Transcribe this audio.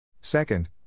Second